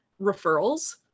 referrals